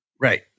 Right